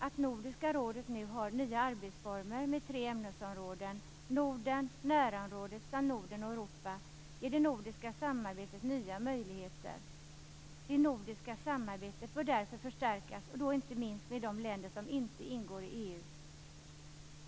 Att Nordiska rådet nu har nya arbetsformer med tre ämnesområden, Norden, närområdet och Norden och Europa, ger det nordiska samarbetet nya möjligheter. Det nordiska samarbetet bör därför förstärkas och då inte minst med de länder som inte ingår i EU.